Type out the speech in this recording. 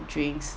drinks